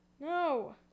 No